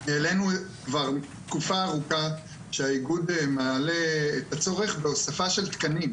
כבר תקופה ארוכה שהאיגוד מעלה את הצורך בהוספה של תקנים.